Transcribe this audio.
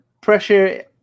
pressure